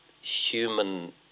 human